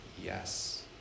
yes